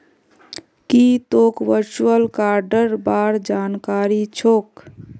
की तोक वर्चुअल कार्डेर बार जानकारी छोक